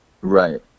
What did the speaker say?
right